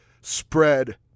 spread